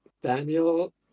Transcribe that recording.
Daniel